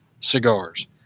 cigars